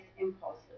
impulses